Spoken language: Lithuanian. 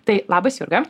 tai labas jurga